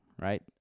right